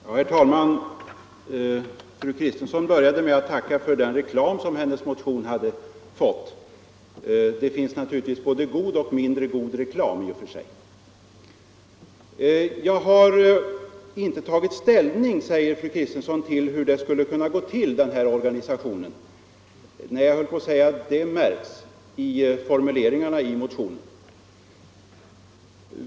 Herr talman! Fru Kristensson började med att tacka för den reklam som hennes motion hade fått. Det finns emellertid både god och mindre god reklam. Fru Kristensson säger att hon inte i och för sig tagit ställning till hur omorganisationen skall genomföras. Nej, det märks på formuleringarna i motionen.